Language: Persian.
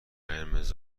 قرمز